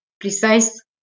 precise